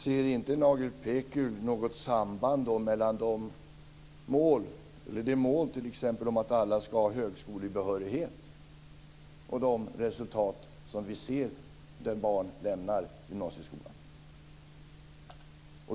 Ser inte Nalin Pekgul något samband mellan de mål som finns, t.ex. att alla ska ha högskolebehörighet, och de resultat vi ser där barn lämnar gymnasieskolan?